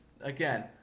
Again